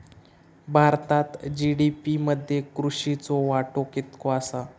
भारतात जी.डी.पी मध्ये कृषीचो वाटो कितको आसा?